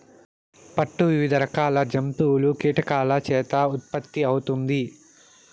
పట్టు వివిధ రకాల జంతువులు, కీటకాల చేత ఉత్పత్తి అవుతుంది